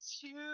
two